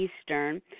Eastern